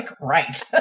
right